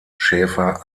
schäfer